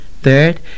Third